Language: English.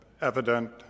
evident